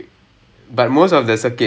ya